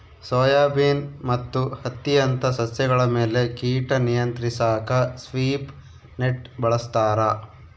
soybean ಮತ್ತು ಹತ್ತಿಯಂತ ಸಸ್ಯಗಳ ಮೇಲೆ ಕೀಟ ನಿಯಂತ್ರಿಸಾಕ ಸ್ವೀಪ್ ನೆಟ್ ಬಳಸ್ತಾರ